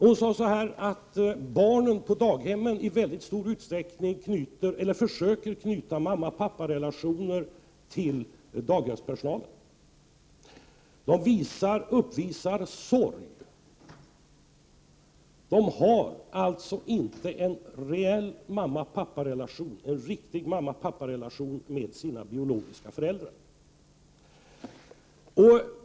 Hon sade att barnen på daghemmen i mycket stor utsträckning försöker knyta mamma-pappar-relationer till daghemspersonalen. De uppvisar sorg. De har alltså inte en riktig mamma-pappa-relation till sina biologiska föräldrar.